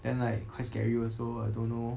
then like quite scary also I don't know